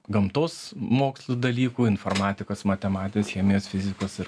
gamtos mokslų dalykų informatikos matematikos chemijos fizikos ir